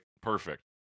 perfect